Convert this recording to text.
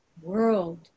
world